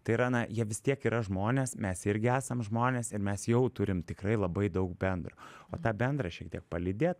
tai yra na jie vis tiek yra žmonės mes irgi esam žmonės ir mes jau turim tikrai labai daug bendro o tą bendra šiek tiek palydėt